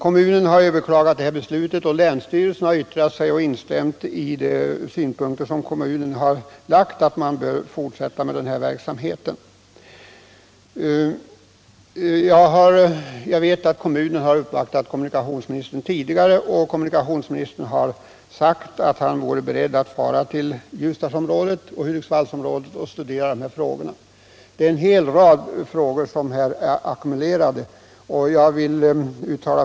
Kommunen har överklagat beslutet och länsstyrelsen har i sitt yttrande instämt i de synpunkter som kommunen har framfört, nämligen att man bör fortsätta med ifrågavarande trafik. Jag vet att kommunen har uppvaktat kommunikationsministern tidigare, och kommunikationsministern har då sagt att han vore beredd att fara till Ljusdalsområdet och Hudiksvallsområdet och studera dessa frågor. Det är en hel rad frågor som är ackumulerade här som berör SJ.